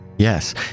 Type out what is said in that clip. Yes